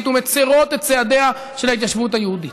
ומצירות את צעדיה של ההתיישבות היהודית.